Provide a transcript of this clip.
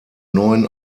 neuen